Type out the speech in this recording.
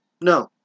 No